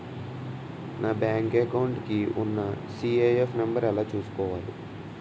నా bank account కి ఉన్న సి.ఐ.ఎఫ్ నంబర్ ఎలా చూసుకోవాలి?